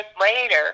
later